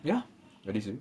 ya for this week